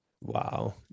Wow